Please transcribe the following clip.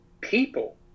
people